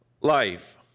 life